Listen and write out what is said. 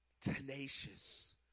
tenacious